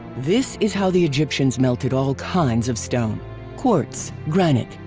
this is how the egyptians melted all kinds of stone quartz, granite,